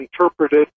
interpreted